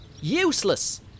Useless